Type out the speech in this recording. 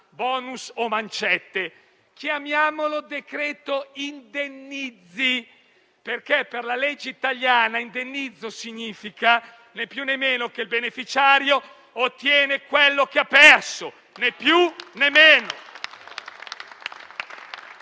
*bonus* o mancette. Chiamiamolo decreto indennizzi, perché per la legge italiana indennizzo significa che il beneficiario ottiene quello che ha perso, né più né meno.